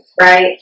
right